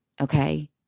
okay